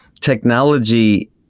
technology